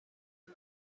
چرخ